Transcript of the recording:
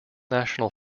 national